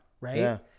right